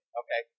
okay